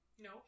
No